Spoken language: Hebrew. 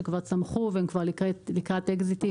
שכבר צמחו והם כבר לקראת אקזיטים,